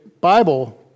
Bible